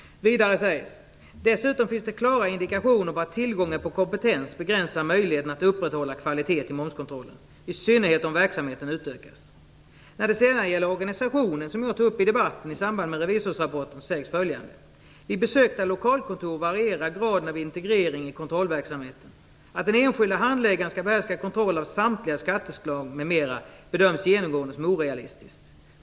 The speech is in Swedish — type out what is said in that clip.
Vidare sägs: "Dessutom finns klara indikationer på att tillgången på kompetens begränsar möjligheterna att upprätthålla kvalitet i momskontrollen, i synnerhet om verksamheten utökas." När det sedan gäller organisationen, som jag tog upp i debatten i samband med revisorsrapporten, sägs följande: "Vid besökta lokalkontor varierar graden av integrering i kontrollverksamheten. Att den enskilde handläggaren ska behärska kontroll av samtliga skatteslag m m bedöms genomgående som orealistiskt.